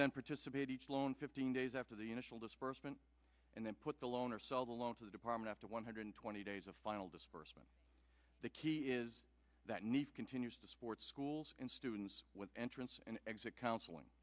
then participate each loan fifteen days after the initial disbursement and then put the loan or sell the loan to the department after one hundred twenty days of final disbursement the key is that need continues to support schools and students with entrance and exit counseling